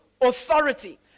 authority